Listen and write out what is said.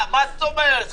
מה זאת אומרת?